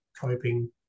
coping